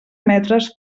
metres